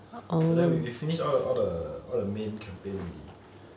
but then we finish all the all the all the main campaign already